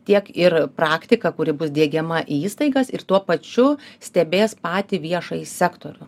tiek ir praktika kuri bus diegiama į įstaigas ir tuo pačiu stebės patį viešąjį sektorių